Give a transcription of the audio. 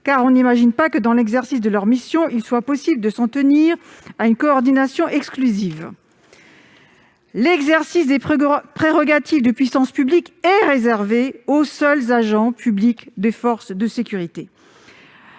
on n'imagine pas que, dans l'exercice de leurs missions, il leur soit possible de s'en tenir exclusivement à de la coordination. Or l'exercice des prérogatives de puissance publique est réservé aux seuls agents publics des forces de sécurité.